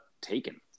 taken